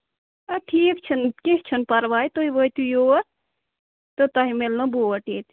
آ ٹھیٖک چھُنہٕ کیٚنٛہہ چھُنہٕ پَرواے تُہۍ وٲتِو یور تہٕ تۄہہِ میلنو بوٹ ییٚتہِ